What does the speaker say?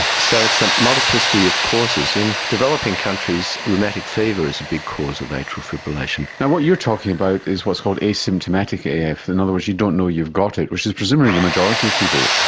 so it's a multiplicity of causes. in developing countries, rheumatic fever is a big cause of atrial fibrillation. what you are talking about is what's called asymptomatic af, in other words you don't know you've got it, which is presumably the majority of people.